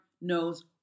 knows